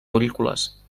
aurícules